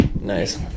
Nice